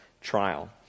trial